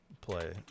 play